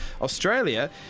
Australia